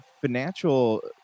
financial